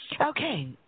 okay